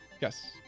yes